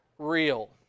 real